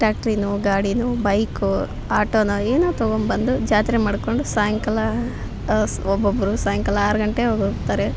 ಟ್ರ್ಯಾಕ್ಟ್ರಿನೋ ಗಾಡಿನೋ ಬೈಕೋ ಆಟೋನೋ ಏನೋ ತಗೊಂಡ್ ಬಂದು ಜಾತ್ರೆ ಮಾಡಿಕೊಂಡು ಸಾಯಂಕಾಲ ಒಬ್ಬೊಬ್ಬರು ಸಾಯಂಕಾಲ ಆರು ಗಂಟೆಗೆ ಹೋಗ್ತಾರೆ